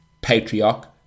patriarch